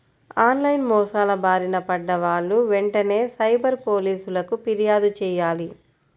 on line మోసాల బారిన పడ్డ వాళ్ళు వెంటనే సైబర్ పోలీసులకు పిర్యాదు చెయ్యాలి